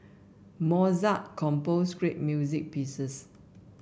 Mozart composed great music pieces